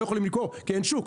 לא יכולים למכור כי אין שוק.